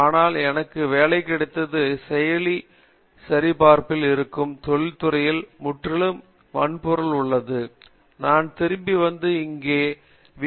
ஆனால் எனக்கு வேலை கிடைத்தது செயலி சரிபார்ப்பில் இருக்கும் தொழில்துறையில் முற்றிலும் வன்பொருளாக உள்ளது நான் திரும்பி வந்து இங்கே வீ